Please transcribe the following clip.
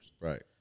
Right